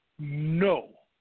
No